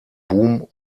boom